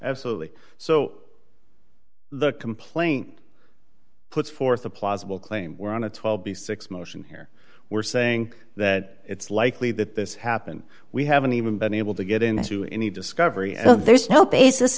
absolutely so the complaint puts forth a plausible claim we're on a twelve b six motion here we're saying that it's likely that this happened we haven't even been able to get into any discovery so there's no basis